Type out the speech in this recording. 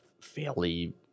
fairly